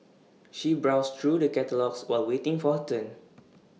she browsed through the catalogues while waiting for her turn